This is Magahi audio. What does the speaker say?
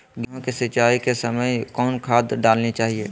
गेंहू के सिंचाई के समय कौन खाद डालनी चाइये?